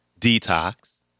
Detox